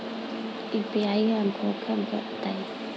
UPI का होखेला हमका बताई?